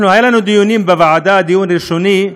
היו לנו דיונים בוועדה, דיון ראשוני,